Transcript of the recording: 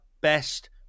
best